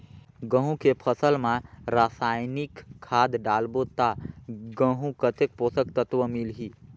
गंहू के फसल मा रसायनिक खाद डालबो ता गंहू कतेक पोषक तत्व मिलही?